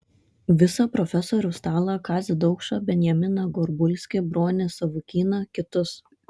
visą profesorių stalą kazį daukšą benjaminą gorbulskį bronį savukyną kitus